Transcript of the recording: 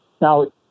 Now